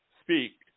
speak